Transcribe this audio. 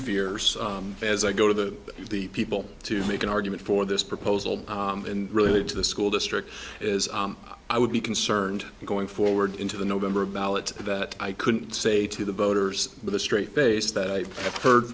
fear so as i go to the people to make an argument for this proposal and really to the school district is i would be concerned going forward into the november ballot that i couldn't say to the voters with a straight face that i have heard